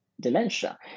dementia